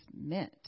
meant